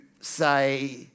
say